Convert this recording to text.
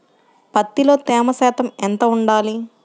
పత్తిలో తేమ శాతం ఎంత ఉండాలి?